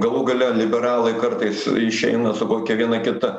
galų gale liberalai kartais išeina su kokia viena kita